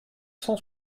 cent